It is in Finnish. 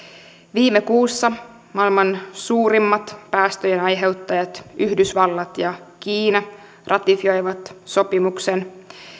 viime kuussa maailman suurimmat päästöjen aiheuttajat yhdysvallat ja kiina ratifioivat sopimuksen